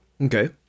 Okay